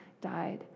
died